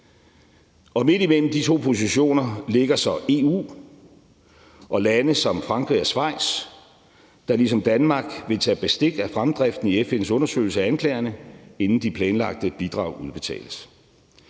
Midt imellem de to positioner ligger så EU og lande som Frankrig og Schweiz, der ligesom Danmark vil tage bestik af fremdriften i FN's undersøgelse af anklagerne, inden de planlagte bidrag udbetales.